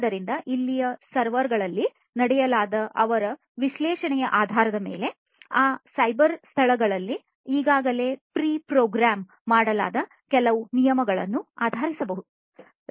ಆದ್ದರಿಂದ ಇಲ್ಲಿನ ಸರ್ವರ್ಗಳಲ್ಲಿ ನಡೆಸಲಾಗುವ ಅವರ ವಿಶ್ಲೇಷಣೆಯ ಆಧಾರದ ಮೇಲೆ ಆ ಸೈಬರ್ ಸ್ಥಳಗಳಲ್ಲಿ ಈಗಾಗಲೇ ಪೂರ್ವ ಪ್ರೋಗ್ರಾಮ್ ಮಾಡಲಾದ ಕೆಲವು ನಿಯಮಗಳನ್ನು ಆಧರಿಸಿರಬಹುದು